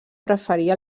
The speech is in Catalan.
preferir